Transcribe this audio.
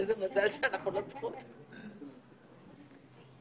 לפיו מדובר על הפעלה של המתכונת המצומצמת שבסעיף 2(א)(2).